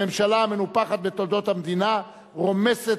הממשלה המנופחת בתולדות המדינה רומסת